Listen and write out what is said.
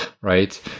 right